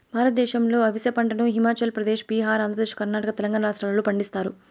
భారతదేశంలో అవిసె పంటను హిమాచల్ ప్రదేశ్, బీహార్, ఆంధ్రప్రదేశ్, కర్ణాటక, తెలంగాణ రాష్ట్రాలలో పండిస్తారు